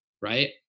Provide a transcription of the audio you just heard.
Right